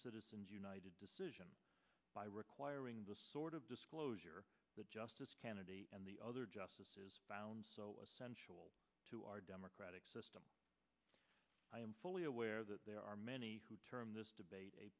citizens united decision by requiring the sort of disclosure that justice kennedy and the other justices found essential to our democratic system i am fully aware that there are many who term this debate a